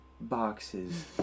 boxes